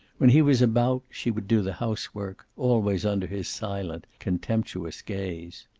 when he was about she would do the housework, always under his silent, contemptuous gaze.